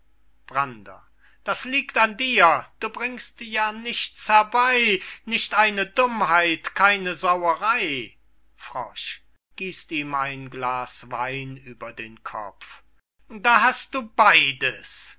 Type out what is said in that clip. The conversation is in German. brander das liegt an dir du bringst ja nichts herbey nicht eine dummheit keine sauerey gießt ihm ein glas wein über den kopf da hast du beydes